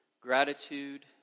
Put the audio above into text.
Gratitude